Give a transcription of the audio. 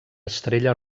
estrella